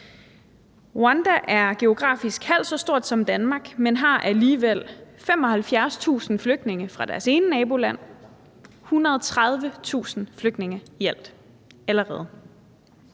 Rwanda er geografisk halvt så stort som Danmark, men har alligevel 75.000 flygtninge fra et af deres nabolande og 130.000 flygtninge i alt allerede.